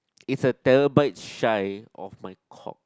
is a terabyte shy of my cock